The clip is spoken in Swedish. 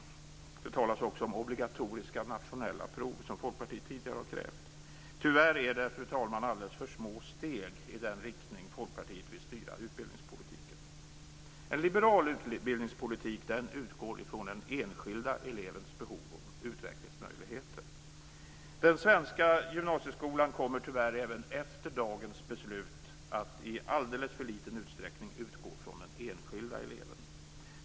Det talas också om obligatoriska nationella prov, som Folkpartiet tidigare har krävt. Tyvärr är detta alldeles för små steg i den riktning som Folkpartiet vill styra utbildningspolitiken. En liberal utbildningspolitik utgår från den enskilda elevens behov och utvecklingsmöjligheter. Den svenska gymnasieskolan kommer tyvärr även efter dagens beslut att i alldeles för liten utsträckning utgå från den enskilda eleven.